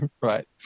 right